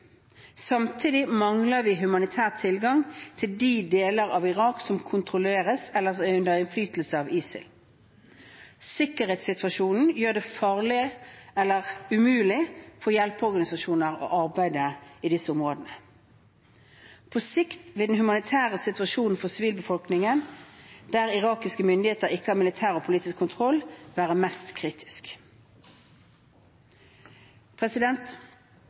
Samtidig mangler vi humanitær tilgang til de delene av Irak som kontrolleres eller er under innflytelse av ISIL. Sikkerhetssituasjonen gjør det farlig eller umulig for hjelpeorganisasjoner å arbeide i disse områdene. På sikt vil den humanitære situasjonen for sivilbefolkningen, der irakiske myndigheter ikke har militær og politisk kontroll, være mest